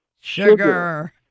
Sugar